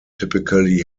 typically